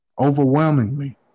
overwhelmingly